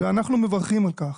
ואנחנו מברכים על כך,